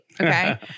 Okay